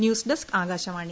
news desk Akashvani